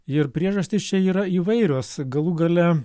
ir priežastys čia yra įvairios galų gale